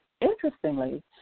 Interestingly